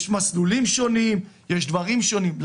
יש מסלולים שונים, יש דברים שונים.